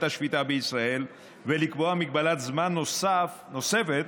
השפיטה בישראל ולקבוע הגבלת זמן נוספת